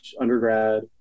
undergrad